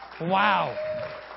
Wow